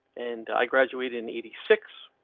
and i graduated in eighty six.